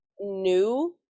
new